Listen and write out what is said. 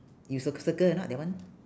you cir~ circle or not that one